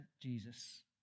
Jesus